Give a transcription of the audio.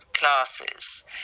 classes